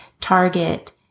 target